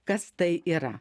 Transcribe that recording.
kas tai yra